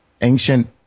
ancient